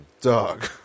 dog